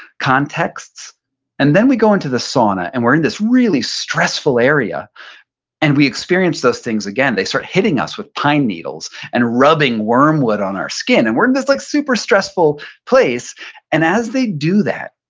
context and then we go into the sauna, and we're in this really stressful area and we experience those things again. they start hitting us with pine needles and rubbing wormwood on our skin, and we're in this like super stressful place and as they do that,